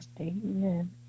Amen